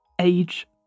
age